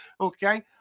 okay